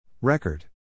Record